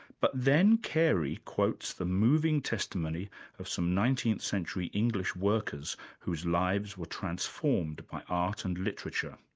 but then carey quotes the moving testimony of some nineteenth century english workers whose lives were transformed by art and literature.